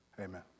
Amen